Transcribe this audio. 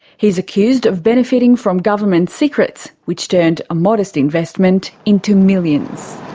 he's accused of benefiting from government secrets, which turned a modest investment into millions.